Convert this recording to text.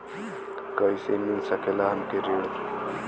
कइसे मिल सकेला हमके ऋण?